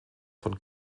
von